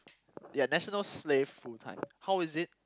ya national slave full time how is it